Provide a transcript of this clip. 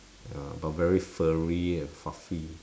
ah but very furry and fluffy